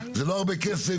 זה לא הרבה כסף,